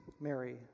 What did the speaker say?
Mary